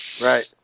Right